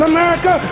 America